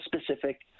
specific